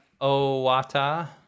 Owata